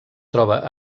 troba